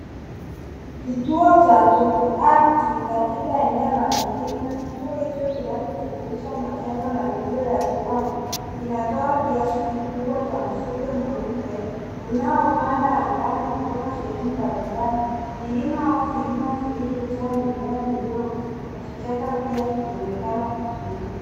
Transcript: Kituo cha jotoaradhi katika eneo la mlima. Kituo hicho kinacho juimuisha majengo na miundo vya viwanda, kinatoa kiazi kikubwa mvuke mweupe unaopanda angani kutoka sehemu mbali mbali. Mlima au vilima vilivyo jaa mimea midogo na vicheka pia vinaonekana kuzunguka.